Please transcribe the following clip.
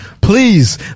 Please